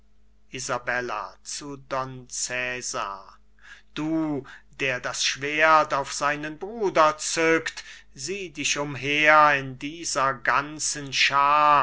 zu don cesar du der das schwert auf seinen bruder zückt sieh dich umher in dieser ganzen schaar